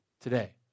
today